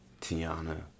Tiana